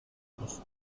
horas